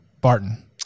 Barton